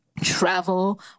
travel